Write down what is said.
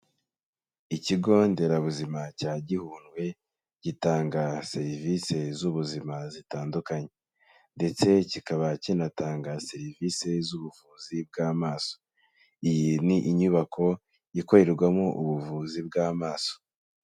Ikigo nderabuzima cya Gihundwe, gitanga serivisi z'ubuzima zitandukanye ndetse kikaba kinatanga serivisi z'ubuvuzi bw'amaso. Iyi ni inyubako ikorerwamo ubuvuzi bw'amaso.